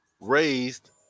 raised